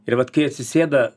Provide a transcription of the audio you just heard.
ir vat kai atsisėda